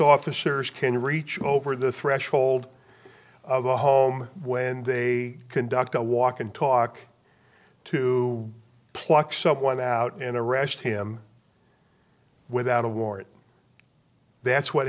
officers can reach over the threshold of a home when they conduct a walk and talk to pluck someone out and arrest him without a warrant that's what